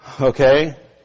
Okay